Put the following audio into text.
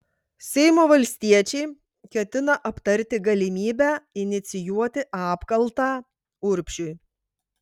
seimo valstiečiai ketina aptarti galimybę inicijuoti apkaltą urbšiui